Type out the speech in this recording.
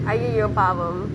!aiyoyo! பாவம்:paavam